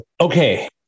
okay